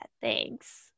thanks